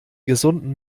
gesunden